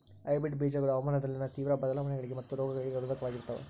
hybrid ಬೇಜಗಳು ಹವಾಮಾನದಲ್ಲಿನ ತೇವ್ರ ಬದಲಾವಣೆಗಳಿಗೆ ಮತ್ತು ರೋಗಗಳಿಗೆ ನಿರೋಧಕವಾಗಿರ್ತವ